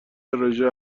رژه